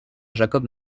jacob